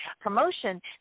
promotion